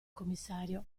commissario